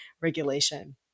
regulation